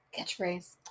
Catchphrase